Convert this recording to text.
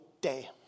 day